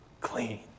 clean